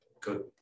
good